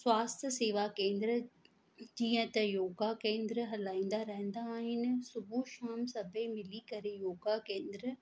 स्वास्थ्य सेवा केंद्र जीअं त योगा केंद्र हलाईंदा रहंदा आहिनि सुबुह शाम सभई मिली करे योगा केंद्र